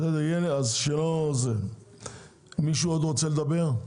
עוד מישהו רוצה לדבר?